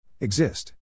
Exist